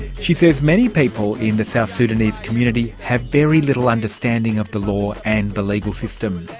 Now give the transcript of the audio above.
she says many people in the south sudanese community have very little understanding of the law and the legal system.